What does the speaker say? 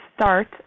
start